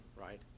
right